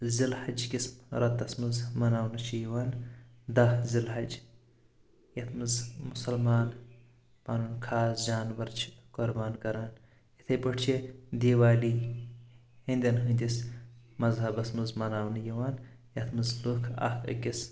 ذی الحج کِس رٮ۪تس منٛز مناونہٕ چھ یِوان دہ ذی الحج یتھ منٛز مسلمان پنُن خاص جانور چھِ قۄربان کران اِتھے پٲٹھۍ چھِ دیوالی ہٮ۪نٛدین ہٕنٛدس مذہبس منٛز مناونہٕ یِوان یتھ منٛز لُکھ اکھ أکِس